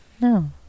No